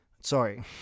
Sorry